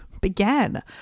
began